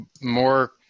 more